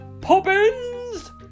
Poppins